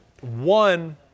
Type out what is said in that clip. one